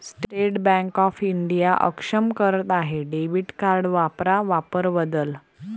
state Bank of India अक्षम करत आहे डेबिट कार्ड वापरा वापर बदल